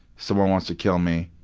someone wants to kill me.